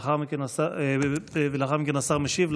ולאחר מכן השר ישיב.